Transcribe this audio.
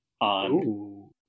on